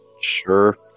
sure